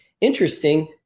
interesting